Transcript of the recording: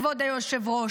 כבוד היושב-ראש,